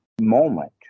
moment